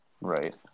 Right